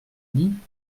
dit